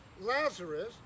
Lazarus